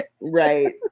Right